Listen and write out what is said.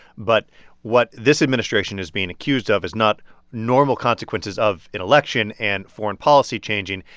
but what this administration is being accused of is not normal consequences of an election and foreign policy changing.